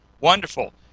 wonderful